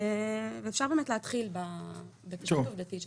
אפשר להתחיל בתשתית העובדתית שתוצג.